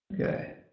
Okay